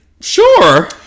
Sure